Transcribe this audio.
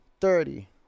thirty